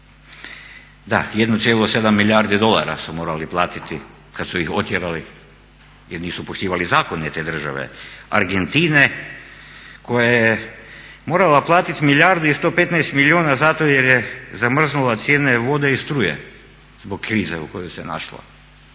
varam da 1,7 milijardi dolara su morali platiti kada su ih otjerali jer nisu poštivali zakone te države, Argentine koja je morala platiti milijardu i 115 milijuna zato jer je zamrznula cijene vode i struje zbog krize u kojoj se našla